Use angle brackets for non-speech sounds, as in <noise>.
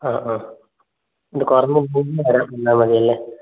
ആ ആ ഇത് കുറഞ്ഞില്ലെങ്കിൽ <unintelligible> വന്നാൽ മതിയല്ലേ